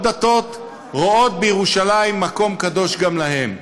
דתות רואים בירושלים מקום קדוש גם להם.